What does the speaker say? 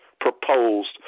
proposed